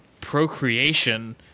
procreation